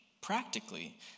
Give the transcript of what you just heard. practically